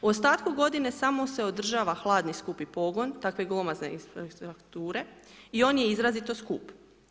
U ostatku godine samo se održava hladni skupi pogon takve glomazne infrastrukture i on je izrazito skup.